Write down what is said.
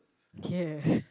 care